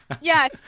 Yes